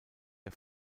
der